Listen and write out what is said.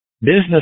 business